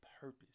purpose